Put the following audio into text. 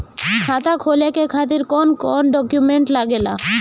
खाता खोले के खातिर कौन कौन डॉक्यूमेंट लागेला?